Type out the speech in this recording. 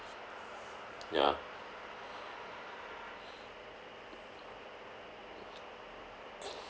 ya